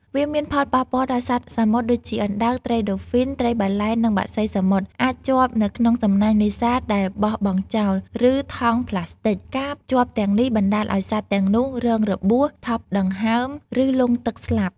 វាមានផលប៉ះពាល់ដល់សត្វសមុទ្រដូចជាអណ្តើក ត្រីដូហ្វីន ត្រីបាឡែន និងបក្សីសមុទ្រ អាចជាប់នៅក្នុងសំណាញ់នេសាទដែលបោះបង់ចោល ឬថង់ប្លាស្ទិក ការជាប់ទាំងនេះបណ្តាលឱ្យសត្វទាំងនោះរងរបួស ថប់ដង្ហើម ឬលង់ទឹកស្លាប់។